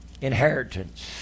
inheritance